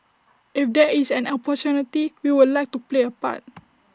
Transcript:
if there is an opportunity we would like to play A part